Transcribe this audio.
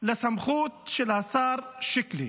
לסמכות של השר שיקלי.